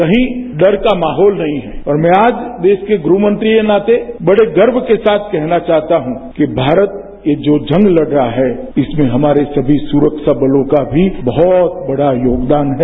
कहीं डर का माहौल नहीं है और मैं आज देश के गूहमंत्री के नाते बड़े गर्व के साथ कहना चाहता हूं कि भारत ये जो जंग लड़ रहा है इसमें हमारे सुरक्षाबलों का भी बहुत बड़ा योगदान है